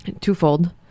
Twofold